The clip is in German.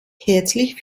herzlich